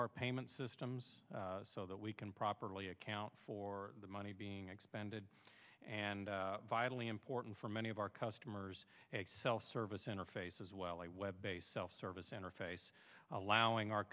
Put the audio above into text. our payment systems so that we can properly account for the money being expended and vitally important for many of our customers self service interface as well a web based self service interface allowing our